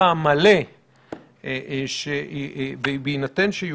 אין כרגע